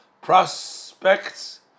prospects